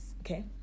okay